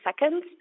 seconds